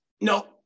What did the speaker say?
no